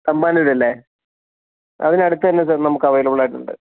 തമ്പാനൂരല്ലേ അതിനടുത്ത് തന്നെ സാർ നമുക്ക് അവൈലബിൾ ആയിട്ടുണ്ട്